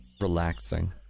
relaxing